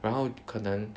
然后可能